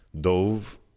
dove